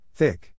Thick